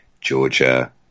Georgia